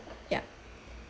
yeah